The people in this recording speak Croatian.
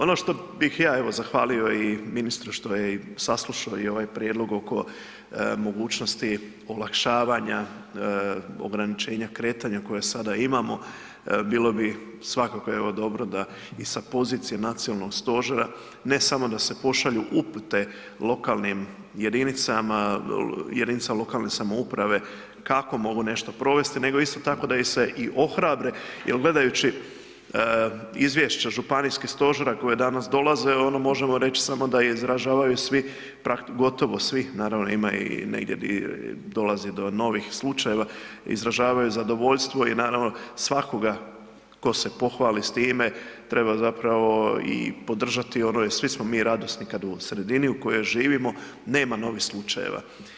Ono što bih ja evo zahvalio i ministru što je i saslušao i ovaj prijedlog oko mogućnosti olakšavanja ograničenja kretanja koje sada imamo bilo bi svakako evo dobro da i sa pozicije nacionalnog stožera, ne samo da se pošalju upute lokalnim jedinicama, jedinicama lokalne samouprave kako mogu nešto provesti nego isto tako da ih se i ohrabri, jer gledajući izvješća županijskih stožera koje danas dolaze, ono možemo samo reći da izražavaju svi gotovo svi, naravno ima i negdje gdje dolazi do novih slučajeva, izražavaju zadovoljstvo i naravno svakoga tko se pohvali s time, treba zapravo i podržati ono jer svi smo mi radosni kad u sredini u kojoj živimo nema novih slučajeva.